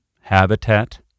Habitat